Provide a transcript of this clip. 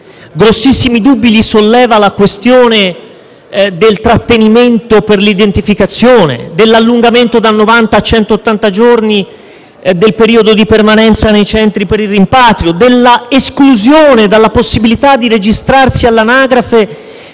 grossissimi dubbi le questioni del trattenimento per l'identificazione, dell'allungamento da novanta a centottanta giorni del periodo di permanenza nei centri per il rimpatrio, dell'esclusione dalla possibilità di registrarsi all'anagrafe